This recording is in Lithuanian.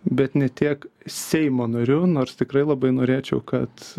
bet ne tiek seimo nariu nors tikrai labai norėčiau kad